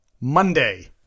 Monday